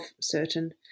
certain